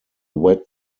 wet